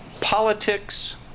Politics